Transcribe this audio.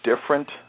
different